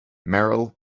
merrill